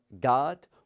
God